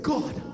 God